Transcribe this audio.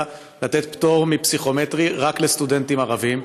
לתת פטור מפסיכומטרי רק לסטודנטים ערבים.